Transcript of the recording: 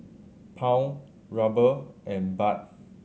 Pound Ruble and Baht